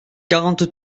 quarante